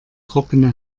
trockene